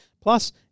Plus